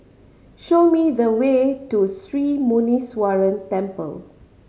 show me the way to Sri Muneeswaran Temple